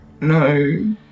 No